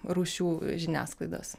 rūšių žiniasklaidos